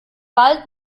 wald